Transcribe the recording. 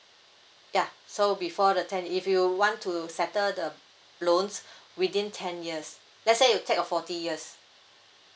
ya so before the ten if you want to settle the loans within ten years let's say you take a forty years